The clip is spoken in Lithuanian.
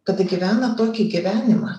kada gyvena tokį gyvenimą